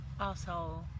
asshole